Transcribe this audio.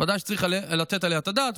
ודאי צריך לתת על זה את הדעת.